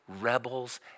rebels